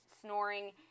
snoring